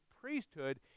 priesthood